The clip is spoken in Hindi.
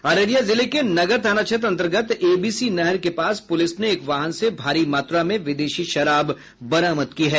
अररिया जिले के नगर थाना क्षेत्र अंतर्गत एबीसी नहर के पास पुलिस ने एक वाहन से भारी मात्रा में विदेशी शराब बरामद की है